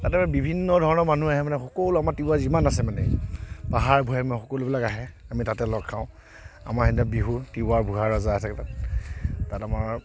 তাত মানে বিভিন্ন ধৰণৰ মানুহ আহে মানে সকলো আমাৰ তিৱা যিমান আছে মানে পাহাৰ ভৈয়ামৰ সকলোবিলাক আহে আমি তাতে লগ খাওঁ আমাৰ সেইদিনা বিহু তিৱা গোভা ৰজা আছেগৈ তাত তাত আমাৰ